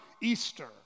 Easter